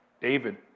David